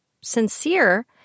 sincere